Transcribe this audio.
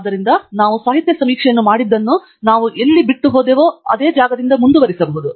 ಆದ್ದರಿಂದ ನಾವು ಸಾಹಿತ್ಯ ಸಮೀಕ್ಷೆಯನ್ನು ಮಾಡಿದ್ದನ್ನು ನಾವು ಎಲ್ಲಿ ಬಿಟ್ಟುಹೋ ದೆವೋ ಅಲ್ಲಿಂದ ಮುಂದುವರಿಸಬಹುದು